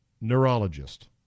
neurologist